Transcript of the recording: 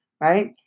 right